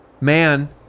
man